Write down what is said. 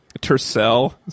Tercel